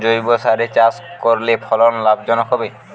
জৈবসারে চাষ করলে ফলন লাভজনক হবে?